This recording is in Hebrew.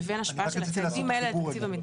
לבין השפעה של הצעדים האלה על תקציב המדינה.